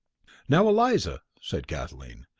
now, eliza, said kathleen,